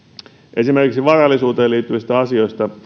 esimerkiksi varallisuuteen liittyvistä asioista